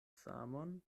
samon